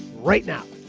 right now,